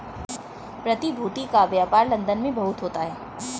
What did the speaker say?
प्रतिभूति का व्यापार लन्दन में बहुत होता है